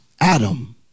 Adam